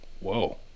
whoa